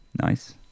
nice